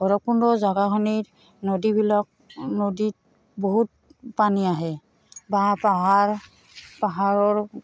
ভৈৰৱকুণ্ড জাগাখিনিত নদীবিলাক নদীত বহুত পানী আহে বাঁহ পাহাৰ পাহাৰৰ